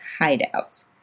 hideouts